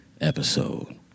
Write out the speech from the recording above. episode